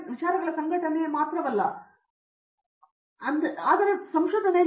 ವಿಚಾರಗಳ ಸಂಘಟನೆಯು ಒಂದು ಅಲ್ಲ ಇದು ಬಹಳ ಅಂಕುಡೊಂಕು